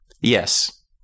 Yes